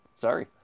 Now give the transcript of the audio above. Sorry